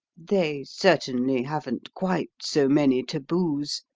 they certainly haven't quite so many taboos,